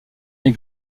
les